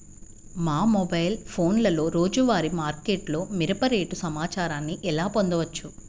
మా మొబైల్ ఫోన్లలో రోజువారీ మార్కెట్లో మిరప రేటు సమాచారాన్ని ఎలా పొందవచ్చు?